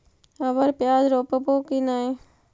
अबर प्याज रोप्बो की नय?